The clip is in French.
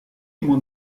mon